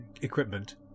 equipment